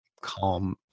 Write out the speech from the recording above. calm